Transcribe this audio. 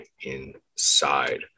inside